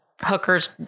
hookers